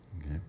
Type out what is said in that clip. Okay